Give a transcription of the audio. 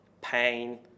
pain